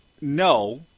No